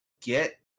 get